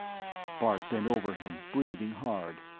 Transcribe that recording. bart bent over him, breathing hard,